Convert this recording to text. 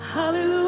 Hallelujah